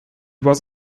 was